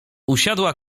usiadła